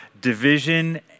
division